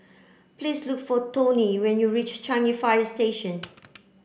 please look for Toney when you reach Changi Fire Station